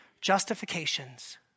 justifications